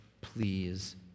please